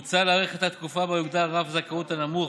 1. מוצע להאריך את התקופה שבה יוגדר רף זכאות נמוך